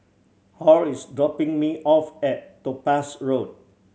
Hall is dropping me off at Topaz Road